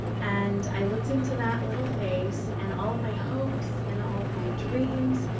and i looked into that little face, and all of my hopes, and all of my dreams,